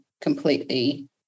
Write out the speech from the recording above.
completely